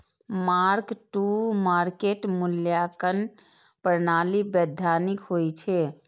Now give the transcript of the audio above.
mark to market मूल्यांकन प्रणाली वैधानिक होइ छै